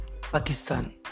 Pakistan